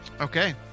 Okay